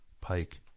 Pike